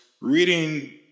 reading